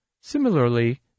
Similarly